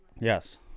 Yes